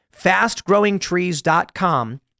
FastGrowingTrees.com